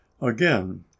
again